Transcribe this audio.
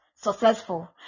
Successful